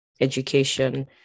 education